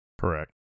Correct